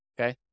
okay